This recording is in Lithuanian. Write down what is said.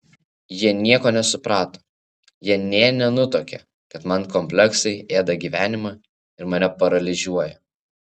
jie nieko nesuprato jie nė nenutuokia kad man kompleksai ėda gyvenimą ir mane paralyžiuoja